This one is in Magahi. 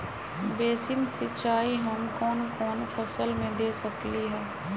बेसिन सिंचाई हम कौन कौन फसल में दे सकली हां?